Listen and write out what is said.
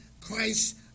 Christ